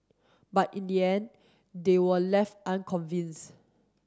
but in the end they were left unconvinced